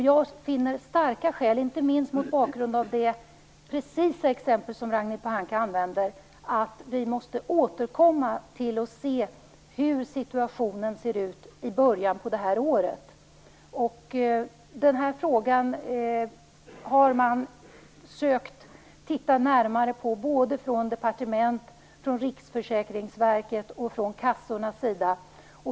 Jag finner starka skäl för oss att återkomma och se hur situationen ser ut i början på nästa år, inte minst mot bakgrund av det precisa exempel som Ragnhild Denna fråga har man sökt titta närmare på både från departement, från Riksförsäkringsverket och från kassornas sida.